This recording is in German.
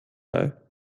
bei